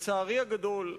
לצערי הגדול,